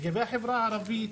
לגבי החברה הערבית,